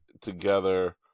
together